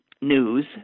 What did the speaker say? news